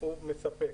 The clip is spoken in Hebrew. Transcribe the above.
הוא מספק.